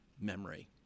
memory